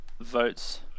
votes